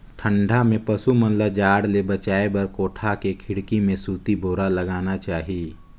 ठंडा में पसु मन ल जाड़ ले बचाये बर कोठा के खिड़की में सूती बोरा लगाना चाही